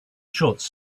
shots